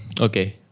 okay